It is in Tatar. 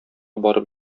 барып